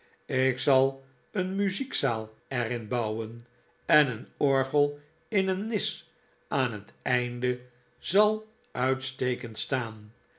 ik zal een muziekzaai er in bouwen en een orgel in een nis aan het einde zal uitstekend staan